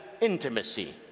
intimacy